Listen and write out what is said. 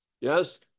Yes